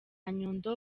nyundo